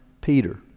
Peter